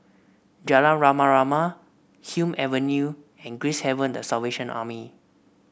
Jalan Rama Rama Hume Avenue and Gracehaven The Salvation Army